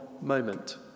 moment